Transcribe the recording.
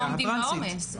או לא עומדים בעומס.